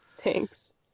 Thanks